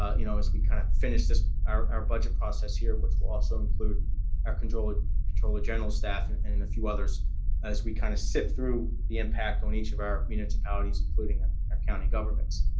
you know, as we kind of finish our our budget process here, which will also include our controller controller general's staff and and and a few others as we kind of shift through the impact on each of our municipalities, including ah our county governments.